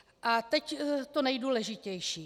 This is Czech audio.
A teď to nejdůležitější.